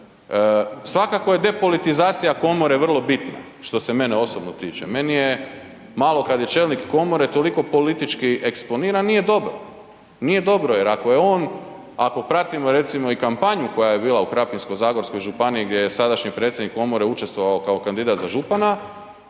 Svakako je depolitizacija komore vrlo bitna što se mene osobno tiče, meni je malo kad je čelnik komore toliko politički eksponiran, nije dobro. Nije dobro jer ako je on, ako pratimo recimo i kampanju koja je bila i Krapinsko-zagorskoj županiji gdje je sadašnji predsjednik komore učestvovao kao kandidat za župana,